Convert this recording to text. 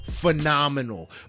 phenomenal